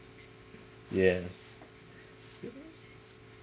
yeah